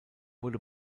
wurde